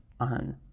On